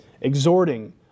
exhorting